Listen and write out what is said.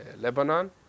Lebanon